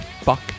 fuck